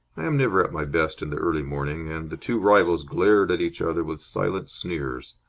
i am never at my best in the early morning, and the two rivals glared at each other with silent sneers.